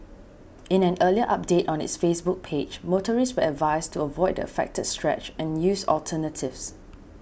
in an earlier update on its Facebook page motorists advised to avoid the affected stretch and use alternatives